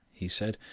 he said.